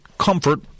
comfort